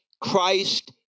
Christ